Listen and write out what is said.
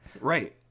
Right